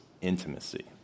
intimacy